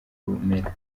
kumera